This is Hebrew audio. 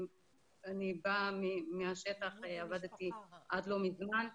אני באה מהשטח, עבדתי עד לא מזמן,